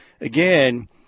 Again